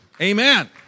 Amen